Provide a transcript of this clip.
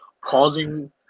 causing